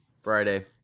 Friday